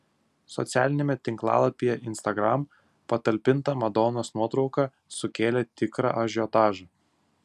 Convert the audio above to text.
socialiniame tinklapyje instagram patalpinta madonos nuotrauka sukėlė tikrą ažiotažą